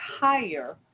higher